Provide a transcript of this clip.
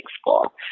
school